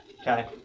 okay